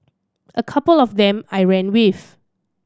a couple of them I ran with